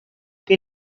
que